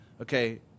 okay